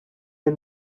and